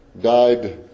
Died